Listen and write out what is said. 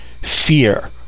fear